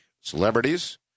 Celebrities